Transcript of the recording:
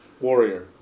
warrior